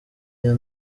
iyo